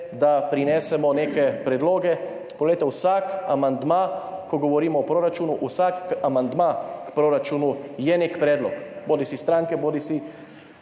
da prinesemo neke predloge. Poglejte, vsak amandma, ko govorimo o proračunu, vsak amandma k proračunu je nek predlog, bodisi stranke bodisi